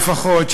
לפחות,